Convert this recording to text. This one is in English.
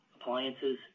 appliances